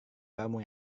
kamu